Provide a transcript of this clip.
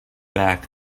back